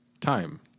time